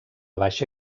baixa